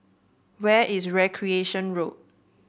where is Recreation Road